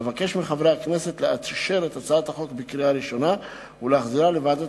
אבקש מחברי הכנסת לאשר את הצעת החוק בקריאה ראשונה ולהחזירה לוועדת